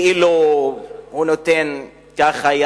כאילו הוא נותן ככה,